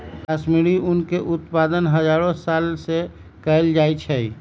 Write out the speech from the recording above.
कश्मीरी ऊन के उत्पादन हजारो साल से कएल जाइ छइ